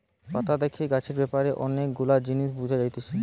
পাতা দেখে গাছের ব্যাপারে অনেক গুলা জিনিস বুঝা যাতিছে